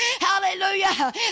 Hallelujah